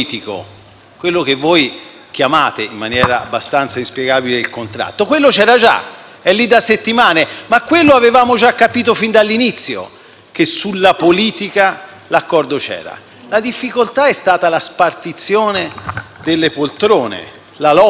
quello che voi chiamate, in maniera abbastanza inspiegabile, «il contratto»; quello c'era già, è lì da settimane. Avevamo capito fin dell'inizio che sulla politica l'accordo c'era. La difficoltà è stata la spartizione delle poltrone, la lotta